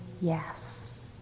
yes